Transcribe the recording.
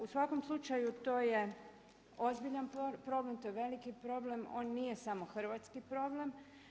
U svakom slučaju to je ozbiljan problem, to je veliki problem, on nije samo hrvatski problem.